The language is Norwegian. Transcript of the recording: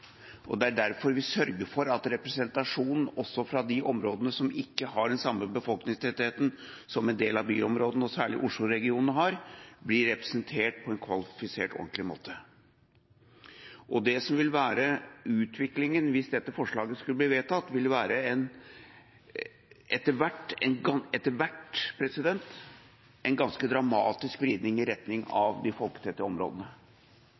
Og det er derfor vi sørger for at også de områdene som ikke har den samme befolkningstettheten som en del av byområdene – og særlig Oslo-regionen – har, blir representert på en kvalifisert og ordentlig måte. Det som ville være utviklinga hvis dette forslaget skulle bli vedtatt, ville være en etter hvert